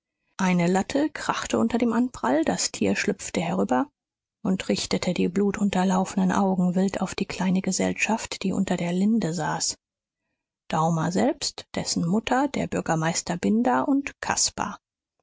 eine latte krachte unter dem anprall das tier schlüpfte herüber und richtete die blutunterlaufenen augen wild auf die kleine gesellschaft die unter der linde saß daumer selbst dessen mutter der bürgermeister binder und caspar